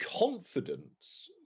confidence